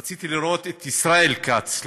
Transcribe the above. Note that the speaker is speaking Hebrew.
רציתי לראות כאן את ישראל כץ,